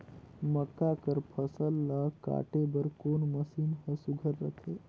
मक्का कर फसल ला काटे बर कोन मशीन ह सुघ्घर रथे?